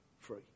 free